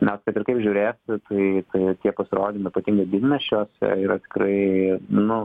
na kad ir kaip žiūrėsi tai tie pasirodymai ypatingai didmiesčiuose yra tikrai nu